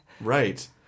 right